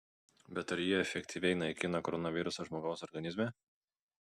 bet ar jie efektyviai naikina koronavirusą žmogaus organizme